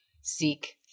seek